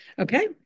Okay